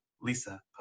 lisa